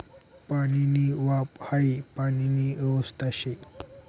पाणीनी वाफ हाई पाणीनी अवस्था शे